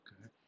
okay